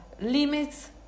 limits